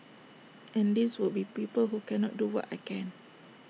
and these would be people who cannot do what I can